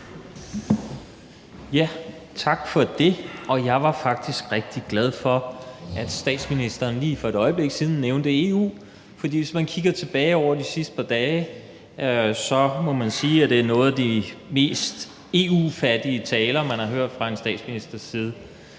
Tak for det. Jeg var faktisk rigtig glad for, at statsministeren lige for et øjeblik siden nævnte EU, for hvis man kigger tilbage over de sidste par dage, vil man se, at det er nogle af de mest EU-fattige taler, man har hørt fra en statsministers side.